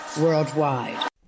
worldwide